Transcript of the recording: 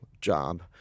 job